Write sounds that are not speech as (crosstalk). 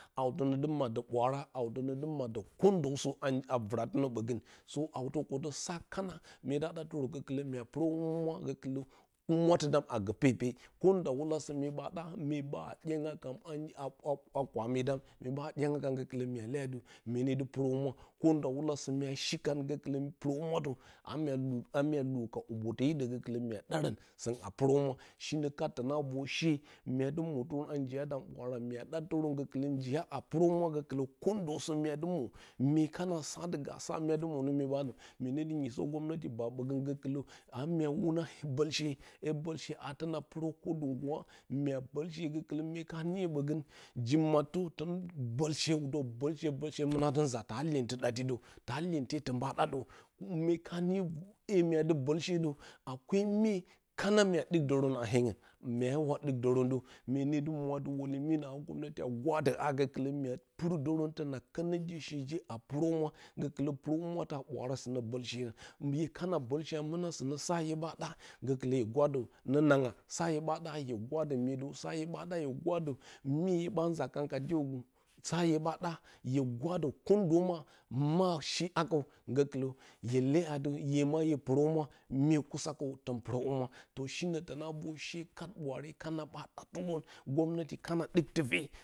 Hautə nə dɨ maddə bwaara, hau tə nə dɨ maddə inyente ton ɓa ɗadə mye ka niyo iye mya dɨ boshe daddd kəndəsə aa vratɨ nə ɓgən sɨ hawtə kotə sa kana mye ta ɗatɨrə gə mya purohumwa gokukɨlə humwatɨdam a go pepe konda wulasə myeɓa ɓa mye ɓaa ɗyanga ka aaa kwame dam mye ɓa dyangya kau gokɨla mya leya dɨ myene dɨ purohumora kondawula sə mya shi kan gakɨlə purohumwatə amya a mya luwa ka hubotə hidə gogkilə mya darən mya purohumra shsi nə kat tana rar she mya mwo tɨrən a njiya da bwaara golə mya ɗatɨrən gokulər njiya a purohumna gokulə kondosə mua dɨ mwo mye kana sa ti ga sa mya dɨ mwo nə mye ba gomnati mye ne dɨ nui so (unintelligible) ba ɓogon gokɨlə amya wuna bolshe hye bolshe a ton purə ko ndɨ nduwa mya bolshe gokɨlə mye ka niyo ɓogə ji mattə bolshe ton bolshe, bolshe mɨna sɨ nza ta iyentɨ ɗati də, ta iyente dou ɓa ɗadə mye ka niyo iye mya dɨ bolshe də akwai mye kana mya ɗuk dorə a hengu mya wa dikdərə mye ne dɨ muadɨ wule muina a (unintelligible) a gwadə ha gəkɨləmua purdərə tona konə je she jea purohumwa gelsɨlə purohumwada ɓwaara sɨnə bolshe hue kana bolse a mɨna sɨnə sa hue ɓa ɗa gokwə hye gwadə nonangya sa hye ɓa ɗa hye gwadə myedəw sa hye ɓa uye gwadə mye wun ɓa nza karan ka indegu sa hue ɓa ɗa hye gwadə kondoma ma shi hakəw gokɨlə hue le a dɨ hye gbau purohumwa mye kusa kaw tun purohuma to shinə tona vor she kat ɓwaarkana ɓa ga terə gomnati kana ɗɨk tufe.